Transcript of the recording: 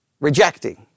rejecting